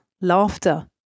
laughter